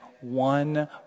one